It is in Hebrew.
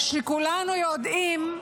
שכולנו יודעים,